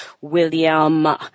William